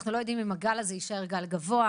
אנחנו לא יודעים אם הגל הזה יישאר גל גבוה,